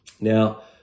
Now